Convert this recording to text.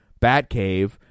Batcave